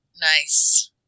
Nice